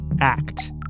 act